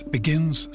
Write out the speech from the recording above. Begins